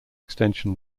extension